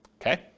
okay